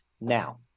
now